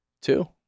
Two